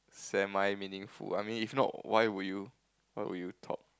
semi meaningful I mean if not why will you why will you talk